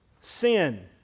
sin